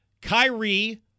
Kyrie